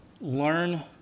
learn